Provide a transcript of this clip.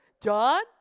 John